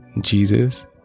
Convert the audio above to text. jesus